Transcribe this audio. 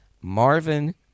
Marvin